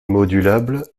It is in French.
modulable